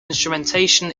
instrumentation